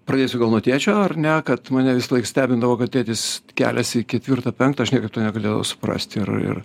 pradėsiu gal nuo tėčio ar ne kad mane visąlaik stebindavo kad tėtis keliasi ketvirtą penktą aš niekaip to negalėdavau suprast ir ir